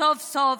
בסוף בסוף,